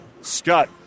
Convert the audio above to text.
Scut